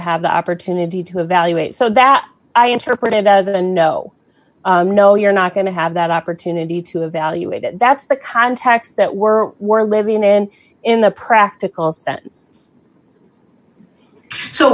have the opportunity to evaluate so that i interpret it as a no no you're not going to have that opportunity to evaluate it that's the context that we're we're living in in the practical